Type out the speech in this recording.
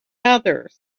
others